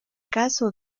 caso